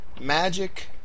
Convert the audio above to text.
Magic